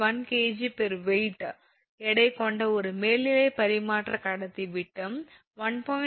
16 𝐾𝑔weight எடை கொண்ட ஒரு மேல்நிலைப் பரிமாற்றக் கடத்தி விட்டம் 1